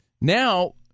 now